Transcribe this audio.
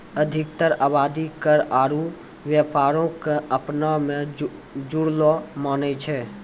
अधिकतर आवादी कर आरु व्यापारो क अपना मे जुड़लो मानै छै